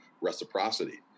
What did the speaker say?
reciprocity